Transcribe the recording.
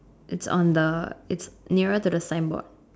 it's on the it's nearer to the signboard